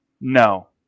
No